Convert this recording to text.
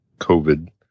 COVID